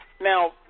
Now